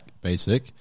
basic